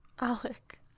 Alec